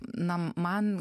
na man